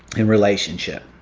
and relationship.